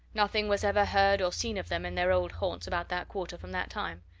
nothing was ever heard or seen of them in their old haunts about that quarter from that time.